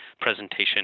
presentation